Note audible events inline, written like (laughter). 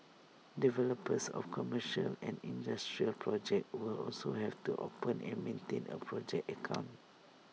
developers of commercial and industrial projects will also have to open and maintain A project account (noise)